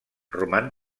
roman